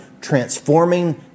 transforming